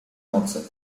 noce